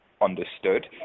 understood